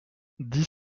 dix